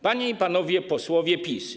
Panie i Panowie Posłowie PiS!